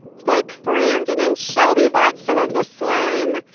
but brandon and shelby bought some of the slime,